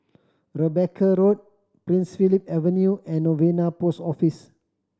Rebecca Road Prince Philip Avenue and Novena Post Office